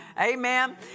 Amen